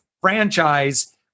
franchise